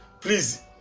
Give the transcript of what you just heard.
please